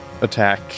attack